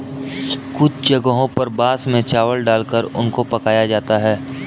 कुछ जगहों पर बांस में चावल डालकर उनको पकाया जाता है